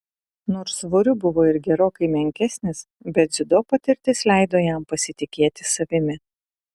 nors svoriu buvo ir gerokai menkesnis bet dziudo patirtis leido jam pasitikėti savimi